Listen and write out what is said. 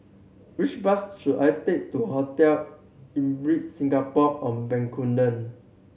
which bus should I take to Hotel Ibis Singapore On Bencoolen